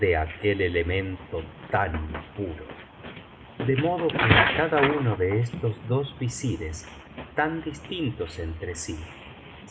de aquel elemento tan impuro de modo que á cada uno de estos dos visires tan distintos entre sí